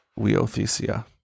weothesia